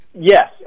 Yes